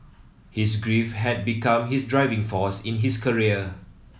his grief had become his driving force in his career